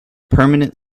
permanent